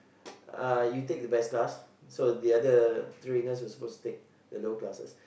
uh you take the best class so the other trainers were supposed to take the lower classes